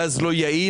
גז לא יעיל,